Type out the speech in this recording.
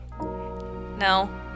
no